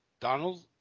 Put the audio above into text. Donald